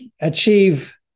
achieve